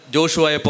Joshua